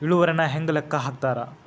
ಇಳುವರಿನ ಹೆಂಗ ಲೆಕ್ಕ ಹಾಕ್ತಾರಾ